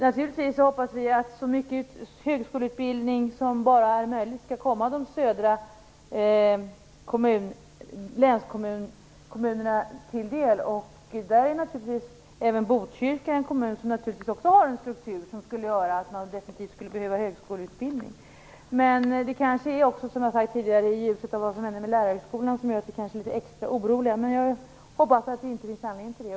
Naturligtvis hoppas vi att så mycket högskoleutbildning som bara är möjligt skall komma de södra kommunerna i länet till del. Där är givetvis också Botkyrka en kommun som har en struktur som skulle göra att den definitivt skulle behöva högskoleutbildning. Det är i ljuset av vad som hände med lärarhögskolan som man måste se att vi kanske är litet extra oroliga. Jag hoppas att det inte finns anledning till det.